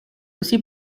aussi